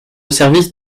service